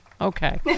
Okay